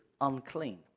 unclean